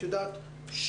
את יודעת,